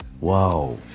Wow